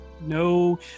No